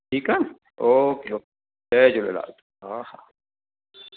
ठीकु आहे okay okay जय झूलेलाल हा हा